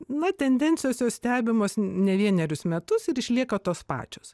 na tendencijos jos stebimos ne vienerius metus ir išlieka tos pačios